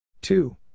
two